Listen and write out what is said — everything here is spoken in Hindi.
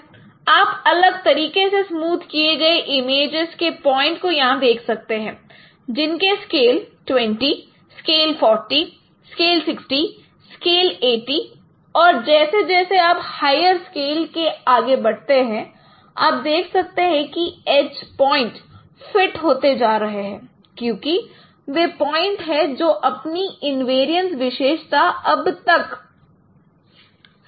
आप अलग तरीके से स्मूद किए गए इमेजेस के पॉइंट को यहां देख सकते हैं जिनके स्केल 20 स्केल 40 स्केल 60 स्केल 80 और जैसे जैसे आप हाइर स्केल के आगे बढ़ते हैं आप देख सकते हैं कि एज पॉइंट फिट होते जा रहे हैं क्योंकि वह पॉइंट है जो अपनी इनवेरियंस विशेषता अब तक रखे हुए हैं